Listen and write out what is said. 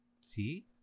See